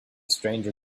stranger